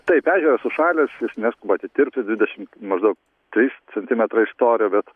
taip ežeras užšalęs jis neskuba atitirpti dvidešimt maždaug trys centimetrai storio bet